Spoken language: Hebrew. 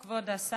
כבוד היושב-ראש,